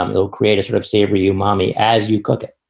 um it'll create a sort of sabry you mommy as you cook it.